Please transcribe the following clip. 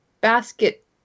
Basket